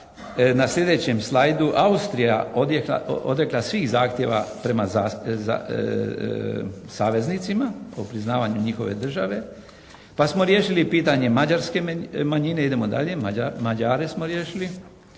na sljedećem slajdu Austrija odrekla svih zahtjeva prema saveznicima o priznavanju njihove države. Pa smo riješili pitanje mađarske manjine. Idemo dalje. Mađare smo riješili.